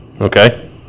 Okay